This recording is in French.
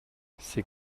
c’est